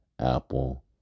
Apple